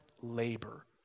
labor